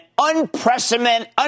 unprecedented